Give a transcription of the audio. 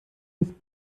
ist